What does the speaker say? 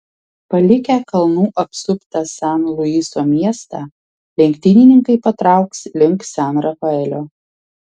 palikę kalnų apsuptą san luiso miestą lenktynininkai patrauks link san rafaelio